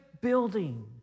building